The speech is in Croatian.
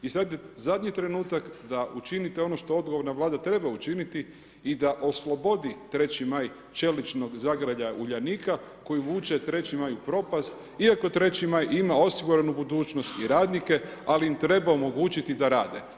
I sada je zadnji trenutak da učinite ono što odgovarana vlada treba učiniti i da oslobode 3.Maj čeličnog zagrljaja Uljanika koji vuče 3.Maj u propast, iako 3.Maj ima osiguranu budućnost i radnike, ali im treba omogućiti da rade.